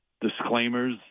disclaimers